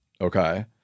okay